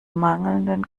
mangelnden